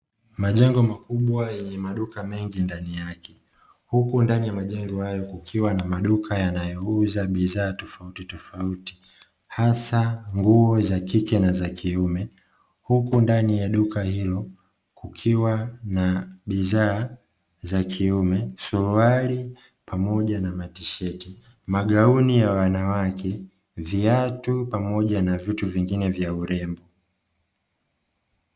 Majengo makubwa yenye maduka mengi ndani yake huku ndani ya majengo hayo kukiwa na maduka yanayouza bidhaa tofautitofauti hasa nguo za kike na za kiume, huku ndani ya duka hilo kukiwa na bidhaa za kiume suruali pamoja na matisheti, magauni ya wanawake, viatu pamoja na vitu vingine vya urembo.